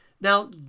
Now